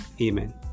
Amen